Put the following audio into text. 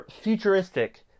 futuristic